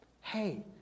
hey